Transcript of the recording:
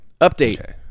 Update